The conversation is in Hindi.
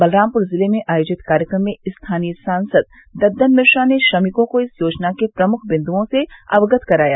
बलरामपुर जिले में आयोजित कार्यक्रम में स्थानीय सांसद दद्दन मिश्रा ने श्रमिकों को इस योजना के प्रमुख बिन्दुओं से अवगत कराया